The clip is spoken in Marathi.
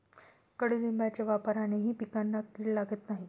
कडुलिंबाच्या वापरानेही पिकांना कीड लागत नाही